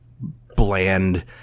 bland